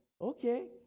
okay